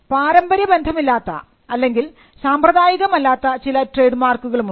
പാരമ്പര്യ ബന്ധമില്ലാത്ത അല്ലെങ്കിൽ സാമ്പ്രദായികമല്ലാത്ത ചില ട്രേഡ് മാർക്കുകളും ഉണ്ട്